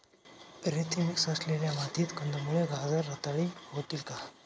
रेती मिक्स असलेल्या मातीत कंदमुळे, गाजर रताळी होतील का?